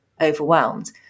overwhelmed